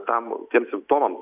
tam tiem simptomam